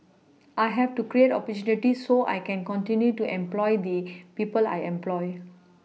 I have to create opportunity so I can continue to employ the people I employ